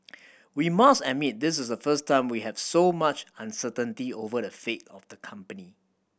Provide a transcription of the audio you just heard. we must admit this is the first time we have so much uncertainty over the fate of the company